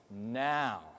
now